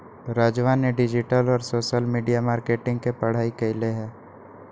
राजवा ने डिजिटल और सोशल मीडिया मार्केटिंग के पढ़ाई कईले है